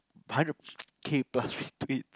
hundred K plus retweet